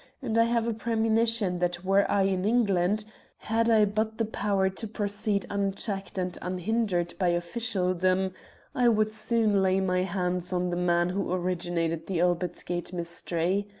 and i have a premonition that were i in england had i but the power to proceed unchecked and unhindered by officialdom i would soon lay my hands on the man who originated the albert gate mystery.